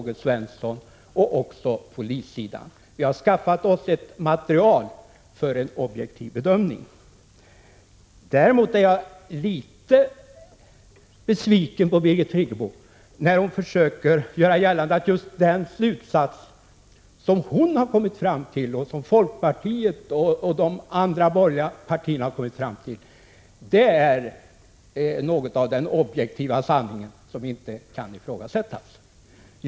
G. Svensson — och polissidan, har vi skaffat oss ett material för en objektiv bedömning. Däremot är jag litet besviken på att Birgit Friggebo försöker göra gällande att just den slutsats som hon och folkpartiet och de andra borgerliga partierna har kommit fram till är något av den objektiva sanningen, som inte kan ifrågasättas.